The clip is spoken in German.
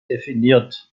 definiert